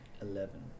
Eleven